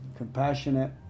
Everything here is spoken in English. compassionate